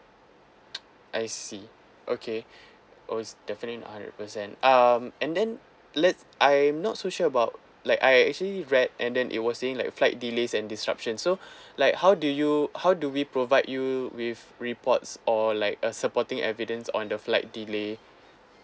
I see okay oh it's definitely not hundred percent um and then let's I'm not so sure about like I actually read and then it was saying like flight delays and disruption so like how do you how do we provide you with reports or like a supporting evidence on the flight delay